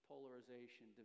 polarization